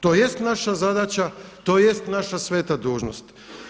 To jest naša zadaća, to jest naša sveta dužnost.